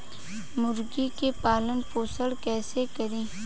मुर्गी के पालन पोषण कैसे करी?